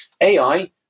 AI